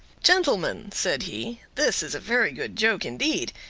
gentlemen, said he, this is a very good joke indeed,